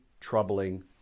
troubling